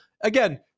again